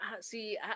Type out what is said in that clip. See